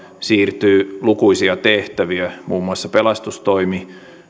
siirtyy lukuisia tehtäviä muun muassa pelastustoimi